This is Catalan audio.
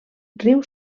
riu